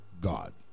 God